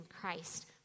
Christ